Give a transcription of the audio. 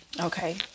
Okay